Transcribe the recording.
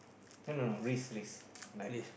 I don't know risk risk like